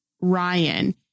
Ryan